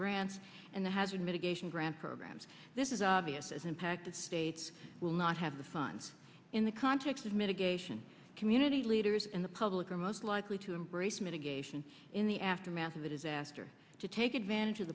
grants and the hazard mitigation grant programs this is obvious as impact the states will not have the funds in the context of mitigation community leaders in the public are most likely to embrace mitigation in the aftermath of the disaster to take advantage of